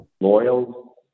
loyal